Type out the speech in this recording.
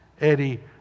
Eddie